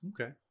Okay